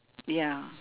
ya